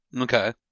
Okay